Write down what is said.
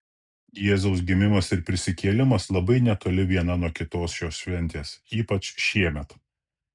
jėzaus gimimas ir prisikėlimas labai netoli viena nuo kitos šios šventės ypač šiemet